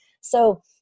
So-